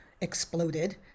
exploded